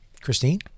Christine